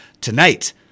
tonight